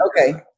Okay